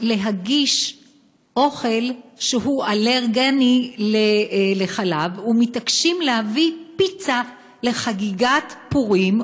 מתעקשים להגיש אוכל שהוא אלרגני לרגישים לחלב ולהביא פיצה לחגיגת פורים,